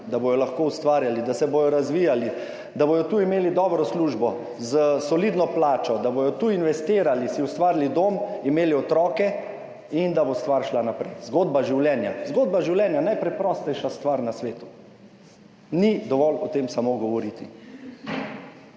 da bodo lahko ustvarjali, da se bodo razvijali, da bodo tu imeli dobro službo s solidno plačo, da bodo tu investirali, si ustvarili dom, imeli otroke in da bo stvar šla naprej. Zgodba življenja – najpreprostejša stvar na svetu. Ni dovolj o tem samo govoriti.